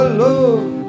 love